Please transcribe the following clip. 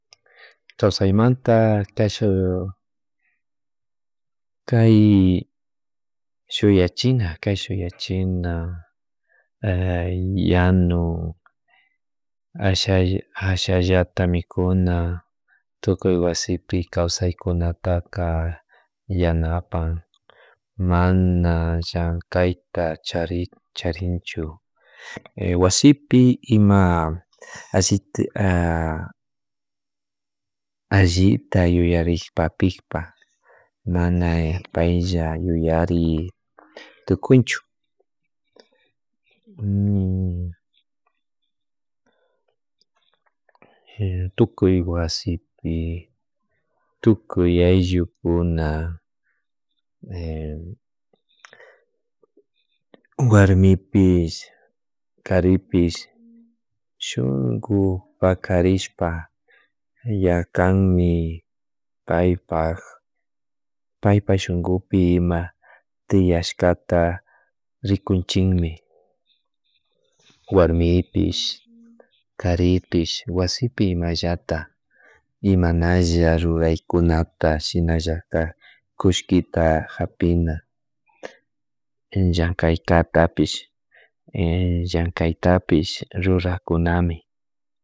Kawsaymanta kay shuyachina kay shuyachina yanu asha ashallata milkuna tukuy wasipi kaysaykunataka yanapan mana llankayta charin charinchu wasipi ima ashi allita yurak yuyarikpa pikpa mana paylla yuyari tucunchu tukuy wasipi tukuy ayallukuna warmipish karipish shunku parashkpa ña kanmi paypak paypak shunkupi ima tiyashkata rikuchinmi warmipish karipish wasipi imallata imanalla ruraykunata shinalla kullkita japina llankataypish llankaytapish rurackunami